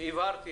הבהרתי